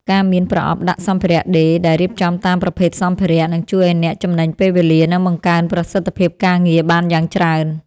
ការមានប្រអប់ដាក់សម្ភារៈដេរដែលរៀបចំតាមប្រភេទសម្ភារ: នឹងជួយឱ្យអ្នកចំណេញពេលវេលា និងបង្កើនប្រសិទ្ធភាពការងារបានយ៉ាងច្រើន។